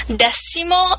decimo